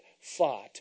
fought